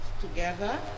Together